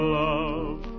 love